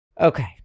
okay